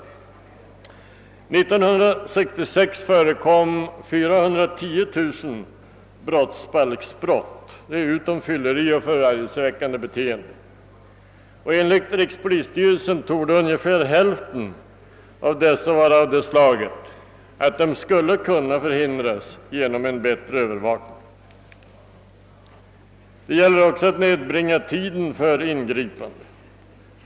År 1966 förekom 410 000 brottsbalksbrott utom fylleri och förargelseväckande beteende. Enligt rikspolisstyrelsen torde ungefär hälften av dessa vara av det slaget att de skulle kunnat förhindras genom en bättre övervakning. Det gäller också att nedbringa tiden för ingripandet.